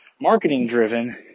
marketing-driven